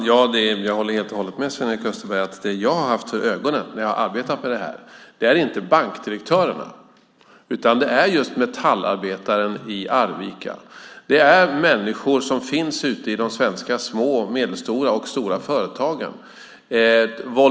Herr talman! Jag håller helt och hållet med Sven-Erik Österberg. Det jag har haft för ögonen är inte bankdirektörerna utan just metallarbetaren i Arvika, människor som finns ute i de svenska små, medelstora och stora företagen.